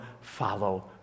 follow